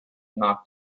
knocked